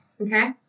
Okay